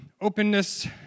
Openness